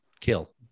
kill